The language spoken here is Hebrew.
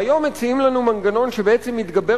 והיום מציעים לנו מנגנון שבעצם מתגבר